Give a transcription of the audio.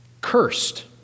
cursed